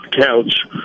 couch